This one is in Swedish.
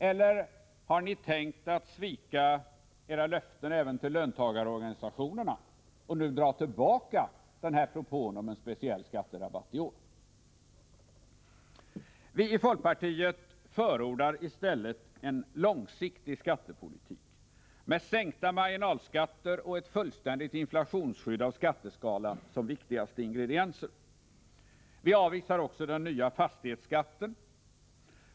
Eller har ni tänkt att svika era löften även till löntagarorganisationerna och dra tillbaka propån om en speciell skattera Vi i folkpartiet förordar i stället en långsiktig skattepolitik, med sänkta marginalskatter och ett fullständigt inflationsskydd av skatteskalan som viktigaste ingredienser. Vi avvisar också den nya fastighetsskatten.